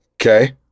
okay